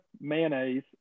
mayonnaise